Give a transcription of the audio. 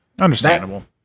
Understandable